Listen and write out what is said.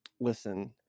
listen